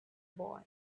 boy